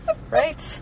Right